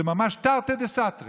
זה ממש תרתי דסתרי,